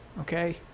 okay